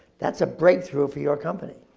that's a breakthrough for your company.